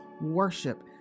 worship